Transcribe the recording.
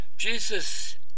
Jesus